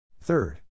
Third